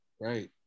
Right